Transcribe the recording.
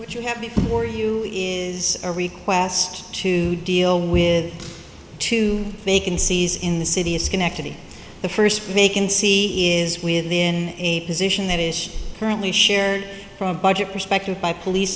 which you have before you is a request to deal with two vacancies in the city of schenectady the first vacancy is within a position that is currently shared from budget perspective by police